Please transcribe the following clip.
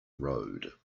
road